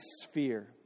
sphere